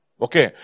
Okay